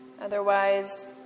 Otherwise